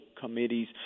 committees